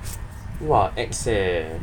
!wah! ex eh